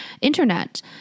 internet